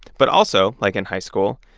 but also, like in high school,